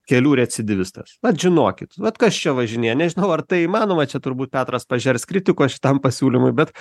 kelių recidyvistas vat žinokit vat kas čia važinėja nežinau ar tai įmanoma čia turbūt petras pažers kritikos šitam pasiūlymui bet